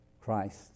Christ